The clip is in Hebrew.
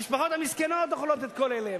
המשפחות המסכנות אוכלות את כל אלה,